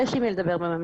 יש עם מי לדבר בממשלה.